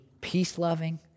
peace-loving